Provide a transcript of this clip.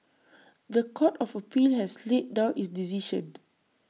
The Court of appeal has laid down its decision